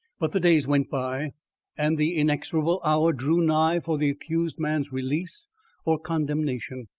but the days went by and the inexorable hour drew nigh for the accused man's release or condemnation.